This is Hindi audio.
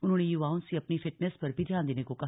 उन्होंने युवाओं से अपनी फिटनेस पर भी ध्यान देने का कहा